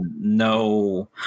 no